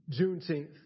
Juneteenth